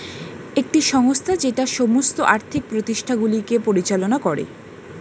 একটি সংস্থা যেটা সমস্ত আর্থিক প্রতিষ্ঠানগুলিকে পরিচালনা করে